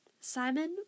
Simon